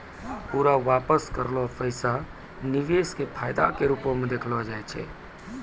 पूरा वापस करलो पैसा निवेश के फायदा के रुपो मे देखलो जाय छै